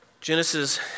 Genesis